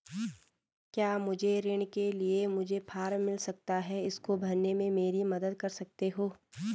क्या मुझे ऋण के लिए मुझे फार्म मिल सकता है इसको भरने में मेरी मदद कर सकते हो?